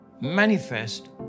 manifest